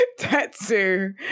tetsu